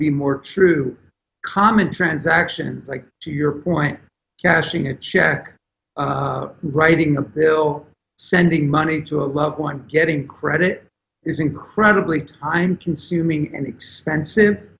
be more true common transaction like to your point cashing a check writing a bill sending money to a loved one getting credit is incredibly time consuming and expensive